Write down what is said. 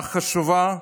הצבעה חשובה,